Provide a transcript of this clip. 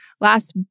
last